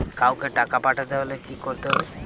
কাওকে টাকা পাঠাতে হলে কি করতে হবে?